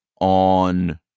on